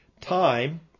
Time